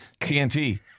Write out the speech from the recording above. TNT